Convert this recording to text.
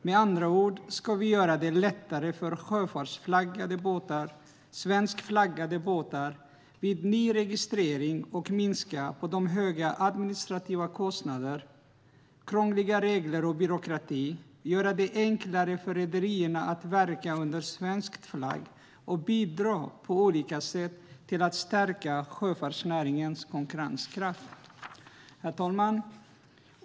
Vi ska med andra ord göra det lättare för svenskflaggade båtar vid nyregistrering, minska de höga administrativa kostnaderna, krångliga reglerna och byråkratin, göra det enklare för rederierna att verka under svensk flagg och på olika sätt bidra till att stärka sjöfartsnäringens konkurrenskraft. Herr talman!